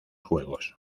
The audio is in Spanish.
juegos